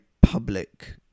public